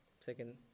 Second